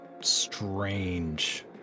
strange